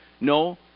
No